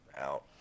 out